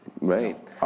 Right